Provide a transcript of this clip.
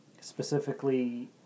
specifically